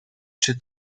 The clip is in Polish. czy